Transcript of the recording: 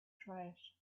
trash